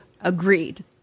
Agreed